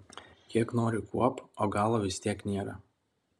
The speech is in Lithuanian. kiek nori kuopk o galo vis tiek nėra